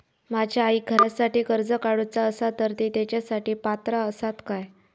माझ्या आईक घरासाठी कर्ज काढूचा असा तर ती तेच्यासाठी पात्र असात काय?